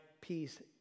peace